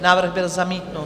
Návrh byl zamítnut.